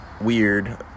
weird